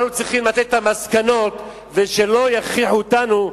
אנחנו צריכים לתת את המסקנות, ושלא יכריחו אותנו,